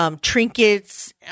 trinkets